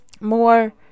more